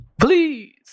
Please